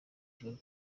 kigali